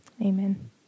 Amen